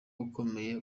ukomeye